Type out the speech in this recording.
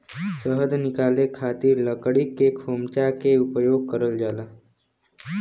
शहद निकाले खातिर लकड़ी के खोमचा के उपयोग करल जाला